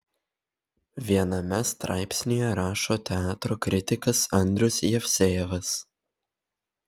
viename straipsnyje rašo teatro kritikas andrius jevsejevas